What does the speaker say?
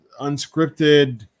unscripted